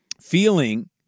feeling –